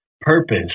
purpose